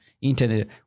internet